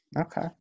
Okay